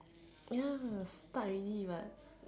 ya start already but